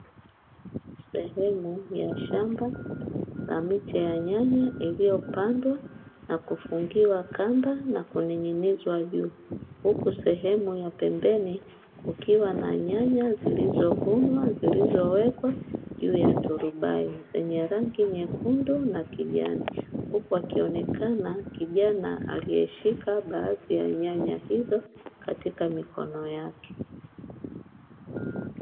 Sehemu ya shamba la miche ya nyanya iliyopandwa na kufungiwa kamba na kuning’inizwa juu, huku sehemu ya pembeni kukiwa na nyanya zilizovunwa zilizowekwa juu ya turubai zenye rangi nyekundu na kijani. Huku akionekana kijana aliyeshika baadhi ya nyanya hizo katika mikono yake.